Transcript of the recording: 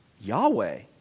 Yahweh